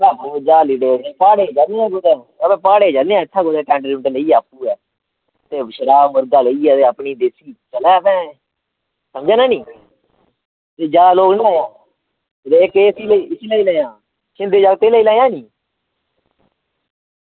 यरा प्हाड़े गी जन्ने आं कुदै टैंट लेइयै आपूं गै ते शराब मुर्गा लेइयै अपनी देसी चलै समझा ना नी जादै लोग निं आह्नेआं यरा एह् इसी लेई लैयां शिंदे दे जागतै गी लेई लैयां नी